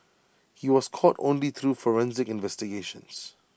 he was caught only through forensic investigations